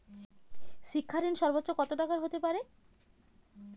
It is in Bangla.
শিক্ষা ঋণ সর্বোচ্চ কত টাকার হতে পারে?